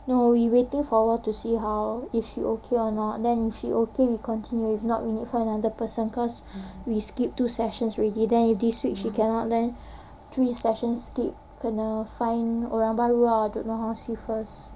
no we waited for her to see how if you okay or not then if you are okay then we continue if not need find another person cause we skipped two sessions already and then if this week she cannot then three sessions skipped kena find orang baru ah don't know how see first